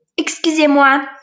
Excusez-moi